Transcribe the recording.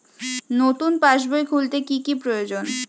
নতুন পাশবই খুলতে কি কি প্রয়োজন?